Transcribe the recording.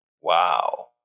Wow